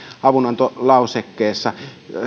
avunantolausekkeessa